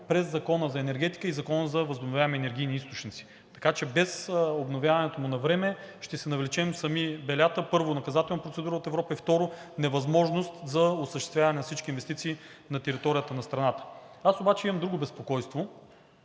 през Закона за енергетиката и Закона за енергията от възобновяеми източници. Така че без обновяването му навреме ще си навлечем сами белята – първо, наказателна процедура от Европа и второ, невъзможност за осъществяване на всички инвестиции на територията на страната. Аз обаче имам друго безпокойство